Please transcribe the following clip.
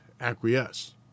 acquiesce